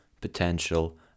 potential